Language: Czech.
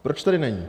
Proč tady není?